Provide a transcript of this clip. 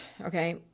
okay